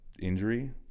injury